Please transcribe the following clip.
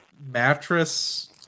mattress